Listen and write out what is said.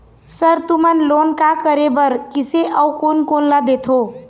Sir तुमन loan का का करें बर, किसे अउ कोन कोन ला देथों?